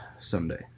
someday